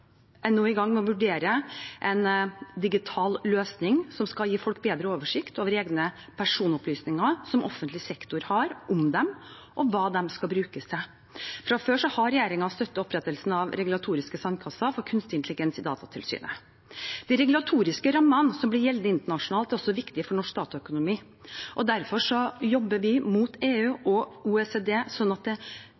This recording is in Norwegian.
er nå i gang med å vurdere en digital løsning som skal gi folk bedre oversikt over egne personopplysninger som offentlig sektor har om dem, og hva de skal brukes til. Fra før har regjeringen støttet opprettelsen av regulatorisk sandkasse for kunstig intelligens i Datatilsynet. De regulatoriske rammene som blir gjeldende internasjonalt, er også viktige for norsk dataøkonomi. Derfor jobber vi med EU